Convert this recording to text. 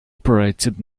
operated